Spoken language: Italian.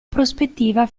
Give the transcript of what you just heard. prospettiva